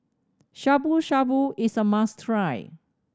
Shabu Shabu is a must try